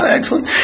Excellent